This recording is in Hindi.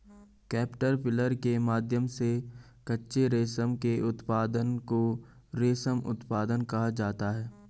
कैटरपिलर के माध्यम से कच्चे रेशम के उत्पादन को रेशम उत्पादन कहा जाता है